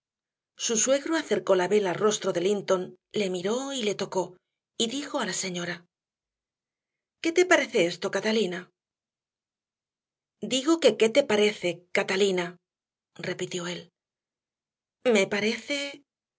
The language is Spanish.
su suegro acercó la vela al rostro de linton le miró y le tocó y dijo a la señora qué te parece de esto catalina digo que qué te parece catalina repitió él me parece